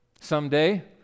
Someday